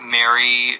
Mary